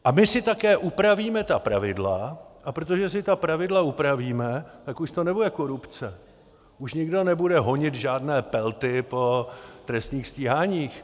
A my si také upravíme ta pravidla, a protože si ta pravidla upravíme, tak už to nebude korupce, už nikdo nebude honit žádné Pelty po trestních stíháních.